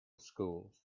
schools